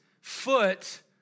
foot